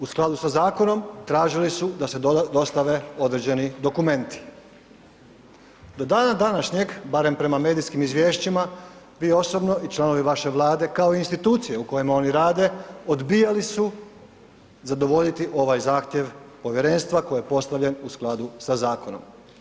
U skladu sa zakonom tražili su da se dostave određeni dokumenti, do dana današnjeg, barem prema medijskim izvješćima vi osobno i članovi vaše Vlade kao institucije u kojima oni rade odbijali su zadovoljiti ovaj zahtjev povjerenstva koji je postavljen u skladu sa zakonom.